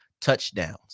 touchdowns